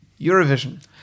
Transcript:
eurovision